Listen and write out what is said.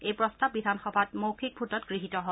এই প্ৰস্তাৱ বিধানসভাত মৌখিক ভোটত গৃহীত হয়